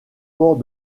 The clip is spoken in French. port